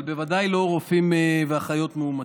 אבל בוודאי לא רופאים ואחיות מאומתים.